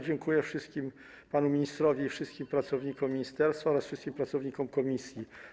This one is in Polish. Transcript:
Dziękuję także panu ministrowi i wszystkim pracownikom ministerstwa oraz wszystkim pracownikom komisji.